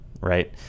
right